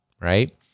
right